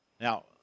Now